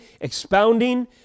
expounding